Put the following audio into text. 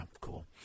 cool